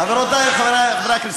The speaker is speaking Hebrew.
חברותי וחברי חברי הכנסת,